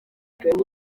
yagize